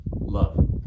love